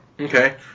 Okay